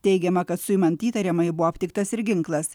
teigiama kad suimant įtariamąjį buvo aptiktas ir ginklas